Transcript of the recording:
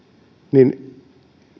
niin